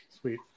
Sweet